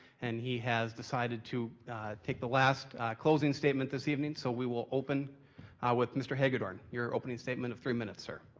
and he has decided to take the last closing statement this evening, so we will open with mr. hagedorn. your opening statement of three minutes, sir.